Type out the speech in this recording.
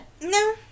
No